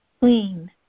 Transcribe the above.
clean